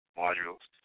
modules